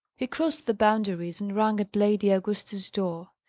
he crossed the boundaries, and rang at lady augusta's door.